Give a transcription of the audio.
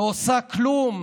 לא עושה כלום,